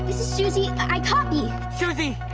suzie. i copy. suzie!